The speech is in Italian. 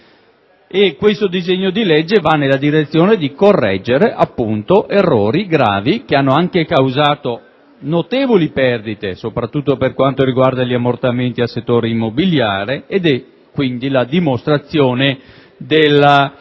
Questo disegno di legge va nella direzione di correggere appunto errori gravi, che hanno anche causato notevoli perdite, soprattutto per quanto riguarda gli ammortamenti nel settore immobiliare. È quindi la dimostrazione